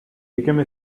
became